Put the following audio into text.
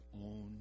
own